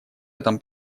этом